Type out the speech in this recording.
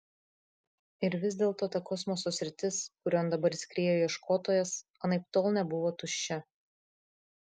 ir vis dėlto ta kosmoso sritis kurion dabar įskriejo ieškotojas anaiptol nebuvo tuščia